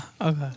Okay